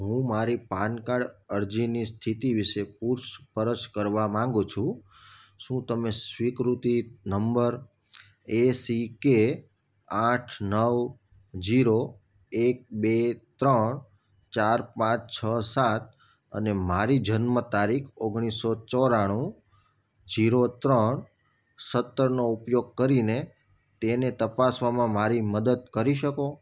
હું મારી PAN card અરજીની સ્થિતિ વિશે પુછ પરછ કરવા માંગુ છું શું તમે સ્વીકૃતિ નંબર એસિકે આઠ નવ જીરો એક બે ત્રણ ચાર પાંચ છ સાત અને મારી જન્મ તારીખ ઓગણીસો ચોરાણું જીરો ત્રણ સત્તરનો ઉપયોગ કરીને તેને તપાસવામાં મારી મદદ કરી શકો